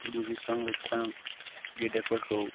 दुगैस्रां लोबस्रां गेदेरफोरखौ